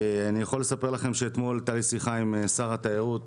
אני יכול לספר לכם שאתמול הייתה לי שיחה עם שר התיירות,